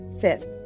Fifth